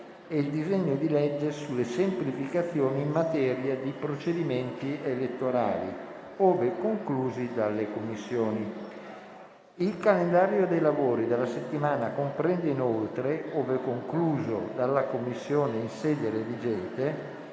e il disegno di legge sulle semplificazioni in materia di procedimenti elettorali, ove conclusi dalle Commissioni. Il calendario dei lavori della settimana comprende inoltre, ove concluso dalla Commissione in sede redigente,